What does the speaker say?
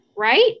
Right